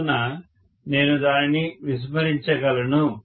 కావున నేను దానిని విస్మరించగలను